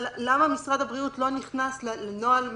אבל למה משרד הבריאות לא נכנס לנוהל מקביל,